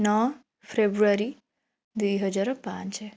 ନଅ ଫେବୃଆରୀ ଦୁଇ ହଜାର ପାଞ୍ଚ